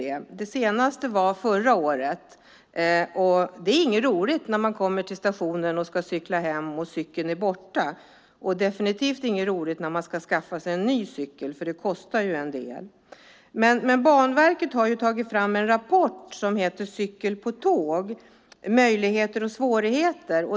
Senast hände det förra året. Det är inte roligt när man kommer till stationen och ska cykla hem och cykeln är borta. Och det är definitivt inte roligt när man ska skaffa sig en ny cykel, för det kostar ju en del. Banverket har tagit fram en rapport som heter Cykel på tåg - Möjligheter och svårigheter .